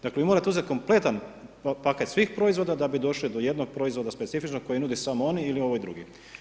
Dakle vi morate uzeti kompletan paket svih proizvoda da bi došli do jednog proizvoda specifičnog kojeg nude samo oni ili ovi drugi.